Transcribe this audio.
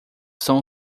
são